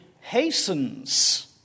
hastens